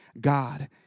God